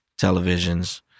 televisions